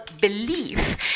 belief